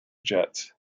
jets